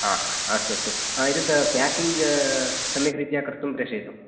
हा अस्तु अस्तु एतद् पेकिङ्ग् सम्यग्रीत्य कर्तुं प्रेषयतु